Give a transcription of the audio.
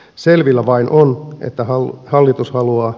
selvillä on vain että hallitus haluaa suurkunnat